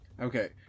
Okay